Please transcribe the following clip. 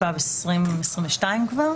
התשפ"ב 2022 כבר.